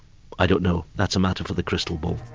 i don't know. that's a matter for the crystal ball.